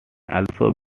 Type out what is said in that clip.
also